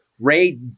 Ray